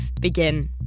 begin